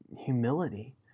humility